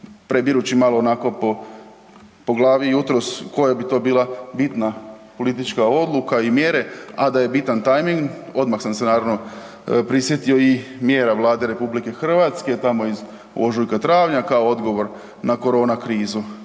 Prebirući malo onako po glavi jutros koja bi to bila bitna politička odluka i mjere, a da je bitan tajming odmah sam se naravno prisjetio i mjera Vlade RH tamo iz ožujka, travnja kao odgovor na korona krizu,